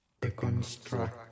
Deconstruct